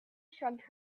shrugged